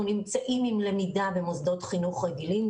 אנחנו נמצאים עם למידה במוסדות חינוך רגילים,